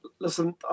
Listen